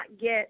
get